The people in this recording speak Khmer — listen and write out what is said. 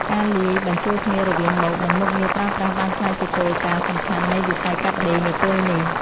ការលាយបញ្ជូលគ្នារវាងម៉ូដ និងមុខងារប្រើប្រាស់បានក្លាយជាគោលការណ៍សំខាន់នៃវិស័យកាត់ដេរនាពេលនេះ។